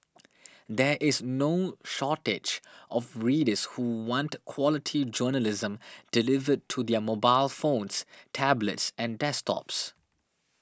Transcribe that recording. there is no shortage of readers who want quality journalism delivered to their mobile phones tablets and desktops